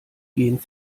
gehen